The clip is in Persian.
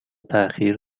تاخیر